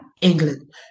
England